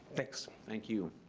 thanks. thank you.